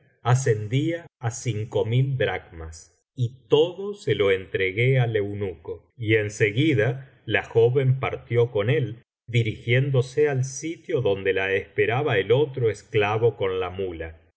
ascendía á cinco mil dracmas y todo se lo entregué al eunuco y en seguida la joven partió con él dirigiéndose al sitio donde la esperaba el otro esclavo con la muía